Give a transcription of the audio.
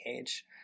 age